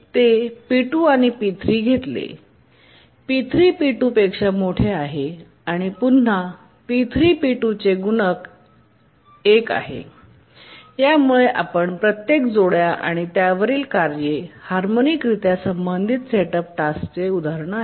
ते p2 आणि p3 घेतले आणि p3 p2 पेक्षा मोठे आहे परंतु पुन्हा p3 p2 चे एक गुणक आहे आणि यामुळे प्रत्येक जोड्या आणि त्यावरील कार्ये हार्मोनिकरित्या संबंधित सेटअप टास्कचे उदाहरण आहेत